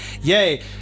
yay